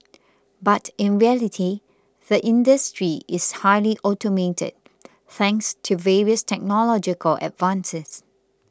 but in reality the industry is highly automated thanks to various technological advances